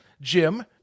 jim